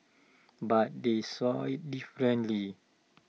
but they saw IT differently